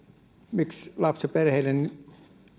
miksi lapsiperheiden